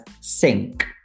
sink